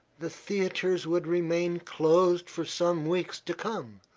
the theatres would remain closed for some weeks to come,